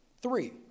Three